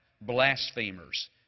blasphemers